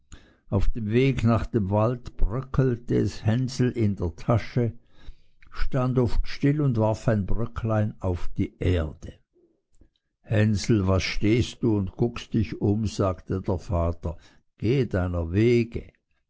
auf dem wege nach dem wald bröckelte es hänsel in der tasche stand oft still und warf ein bröcklein auf die erde hänsel was stehst du und guckst dich um sagte der vater geh deiner wege